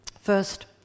First